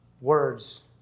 words